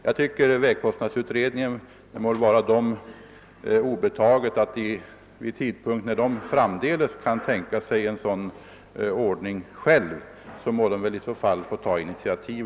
Jag tycker att det bör vara vägkostnadsutredningen obetaget att framdeles, vid tidpunkt då utredningen själv kan tänka sig en sådan ordning, ta ett sådant initiativ.